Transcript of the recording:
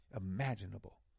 imaginable